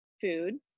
food